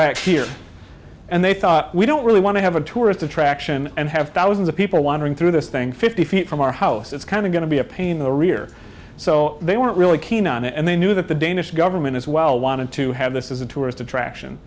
back here and they thought we don't really want to have a tourist attraction and have thousands of people wandering through this thing fifty feet from our house it's kind of going to be a pain in the rear so they weren't really keen on it and they knew that the danish government as well wanted to have this is a tourist attraction